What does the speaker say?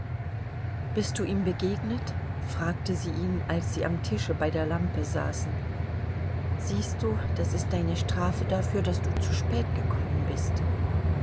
bist du ihm begegnet fragte sie ihn als sie am tische bei der lampe saßen siehst du das ist deine strafe dafür daß du zu spät gekommen bist